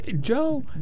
joe